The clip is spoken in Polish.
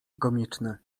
komiczny